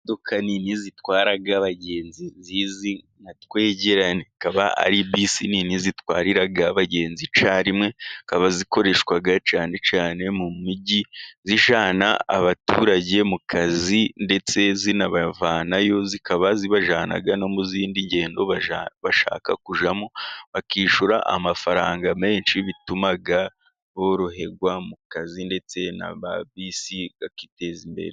Imodoka nini zitwara abagenzi zizwi nka twegerane, zikaba ari bisi nini zitwarira abagenzi icyarimwe zikaba zikoreshwa cyane cyane mu mijyi zijyana abaturage mu kazi ndetse zinabavanayo. Zikaba zibajyana no mu zindi ngendo bashaka kujyamo bakishyura amafaranga menshi, bituma boroherwa mu kazi ndetse nababisi bakiteza imbere.